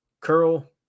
curl